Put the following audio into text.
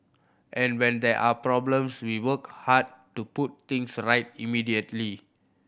and when there are problems we work hard to put things right immediately